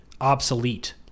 obsolete